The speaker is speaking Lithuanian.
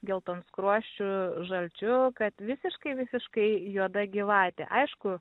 geltonskruoščiu žalčiu kad visiškai visiškai juoda gyvatė aišku